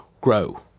grow